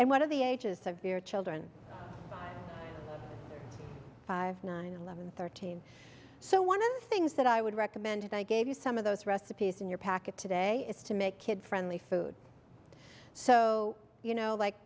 and what are the ages of your children five nine eleven thirteen so one of the things that i would recommend and i gave you some of those recipes in your packet today is to make kid friendly food so you know like